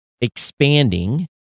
expanding